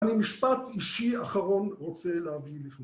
אני משפט אישי אחרון רוצה להביא לפני...